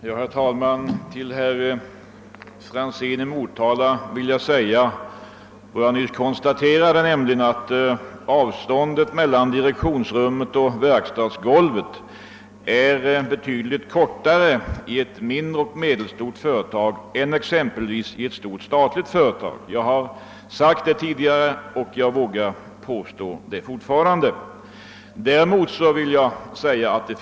Herr talman! Till herr Franzén i Motala vill jag säga att avståndet mellan direktionsrummet och verkstadsgolvet är betydligt kortare i ett mindre eller medelstort företag än det är exempelvis i ett stort statligt företag. Jag har sagt detta tidigare och jag vågar fortfarande påstå det.